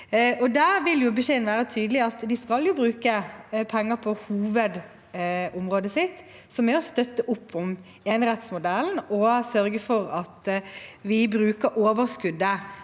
Der vil beskjeden være tydelig om at de skal bruke penger på hovedområdet sitt, som er å støtte opp om enerettsmodellen og sørge for at vi bruker overskuddet